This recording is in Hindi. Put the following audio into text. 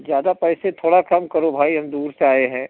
ज्यादा पैसे थोड़ा कम करो भाई हम दूर से आए हैं